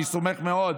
אני סומך מאוד,